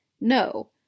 No